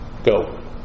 Go